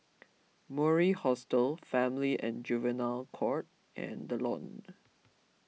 Mori Hostel Family and Juvenile Court and the Lawn